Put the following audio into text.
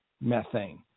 methane